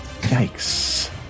Yikes